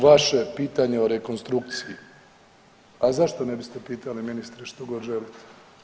Vaše pitanje o rekonstrukciji, a zašto ne biste pitali ministre što god želite?